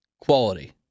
Quality